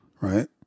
right